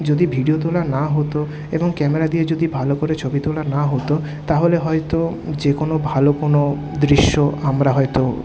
যদি ভিডিও তোলা না হতো এবং ক্যামেরা দিয়ে যদি ভালো করে ছবি তোলা না হতো তা হলে হয়তো যে কোনো ভালো কোনো দৃশ্য আমরা হয়তো